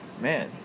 Man